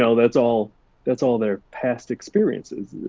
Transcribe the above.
so that's all that's all their past experiences.